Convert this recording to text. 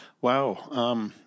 Wow